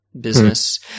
business